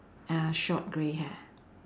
uh short grey hair